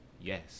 Yes